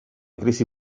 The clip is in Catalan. crisi